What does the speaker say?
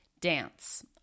dance